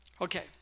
Okay